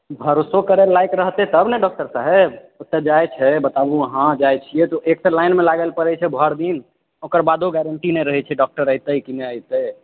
भरोसो करै लायक रहतै तब ने डॉक्टर साहेब ओतय जाइत छै बताबू अहाँ जाइत छियै तऽ एक तऽ लाइनमे लागैले पड़ैत छै भरि दिन ओकर बादो गारण्टी नहि रहैत छै डॉक्टर एतै कि नहि एतै